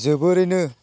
जोबोरैनो